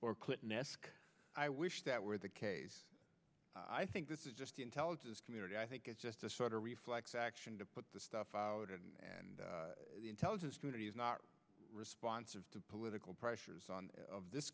or clinton esque i wish that were the case i think this is just the intelligence community i think it's just a sort of reflex action to put the stuff out and the intelligence community is not responsive to political pressures on this